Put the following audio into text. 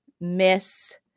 miss